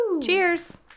Cheers